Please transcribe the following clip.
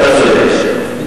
אתה צודק.